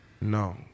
No